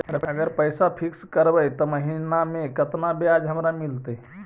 अगर पैसा फिक्स करबै त महिना मे केतना ब्याज हमरा मिलतै?